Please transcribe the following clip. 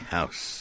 House